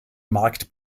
markt